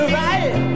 right